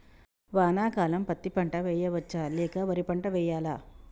వానాకాలం పత్తి పంట వేయవచ్చ లేక వరి పంట వేయాలా?